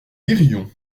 lirions